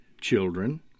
children